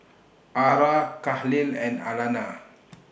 Ara Kahlil and Alana